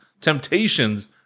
temptations